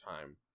time